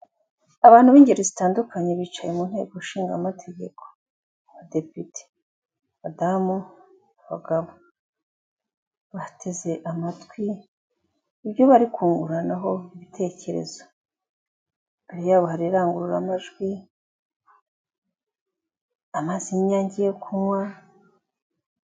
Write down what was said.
Abantu b'ingeri zitandukanye bicaye mu nteko ishinga amategeko, adepite, abadamu, abagabo, bateze amatwi ibyo bari kunguranaho ibitekerezo imbere yabo hari indangururamajwi, amazi y'inyange yo kunywa...